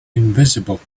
invisible